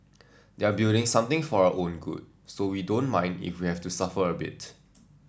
they're building something for our own good so we don't mind if we have to suffer a bit